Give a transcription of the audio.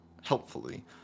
helpfully